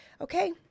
Okay